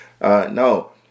No